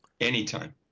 Anytime